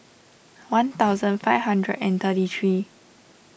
one thousand five hundred and thirty three